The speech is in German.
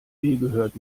gehört